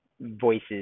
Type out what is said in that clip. voices